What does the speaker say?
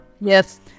Yes